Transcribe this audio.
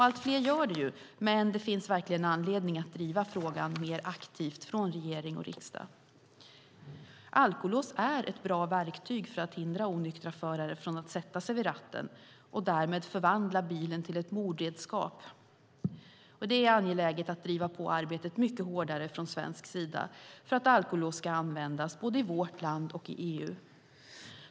Allt fler gör det, men det finns verkligen anledning att driva frågan mer aktivt från regering och riksdag. Alkolås är ett bra verktyg för att hindra onyktra förare från att sätta sig vid ratten och därmed förvandla bilen till ett mordredskap. Det är angeläget att driva på arbetet mycket hårdare från svensk sida för att alkolås ska användas både i vårt land och i EU.